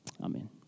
Amen